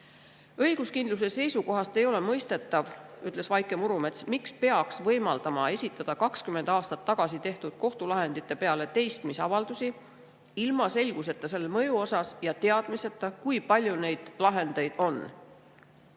Õiguskindluse seisukohast ei ole mõistetav, ütles Vaike Murumets, miks peaks võimaldama esitada 20 aastat tagasi tehtud kohtulahendite peale teistmisavaldusi ilma selguseta selle mõju kohta ja teadmiseta, kui palju neid lahendeid